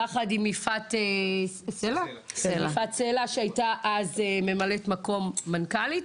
ויחד עם יפעת סלע שהייתה אז ממלאת מקום מנכ"לית,